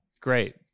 Great